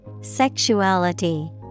Sexuality